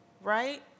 right